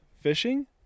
fishing